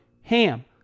HAM